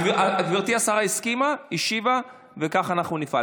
גברתי השרה הסכימה, השיבה, וכך אנחנו נפעל.